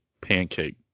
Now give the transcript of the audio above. pancake